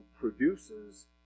produces